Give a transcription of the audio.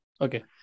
Okay